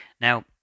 Now